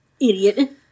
Idiot